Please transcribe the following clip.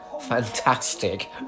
fantastic